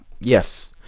Yes